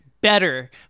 better